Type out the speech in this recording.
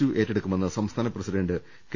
U ഏറ്റെടുക്കുമെന്ന് സംസ്ഥാന president K